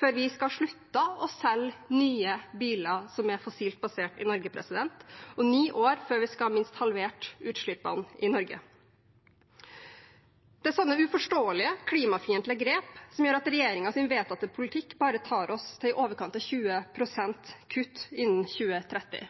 før vi skal ha sluttet å selge nye fossilbaserte biler i Norge, og ni år før vi minst skal ha halvert utslippene i Norge. Det er slike uforståelige, klimafiendtlige grep som gjør at regjeringens vedtatte politikk bare tar oss til i overkant av 20 pst. kutt innen 2030,